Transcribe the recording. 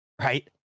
right